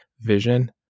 vision